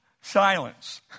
silence